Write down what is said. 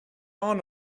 are